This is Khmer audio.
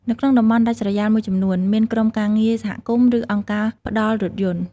នៅក្នុងតំបន់ដាច់ស្រយាលមួយចំនួន មានក្រុមការងារសហគមន៍ឬអង្គការផ្តល់រថយន្ត។